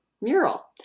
mural